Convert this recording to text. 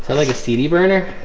like a cd burner.